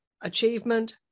achievement